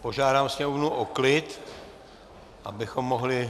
Požádám sněmovnu o klid, abychom mohli...